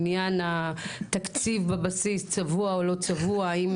עליו לעניין התקציב בבסיס צבוע או לא צבוע האם